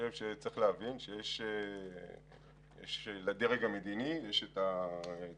צריך להבין שלדרג המדיני יש את הסמכות